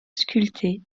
sculptés